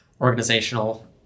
organizational